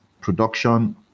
production